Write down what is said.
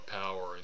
power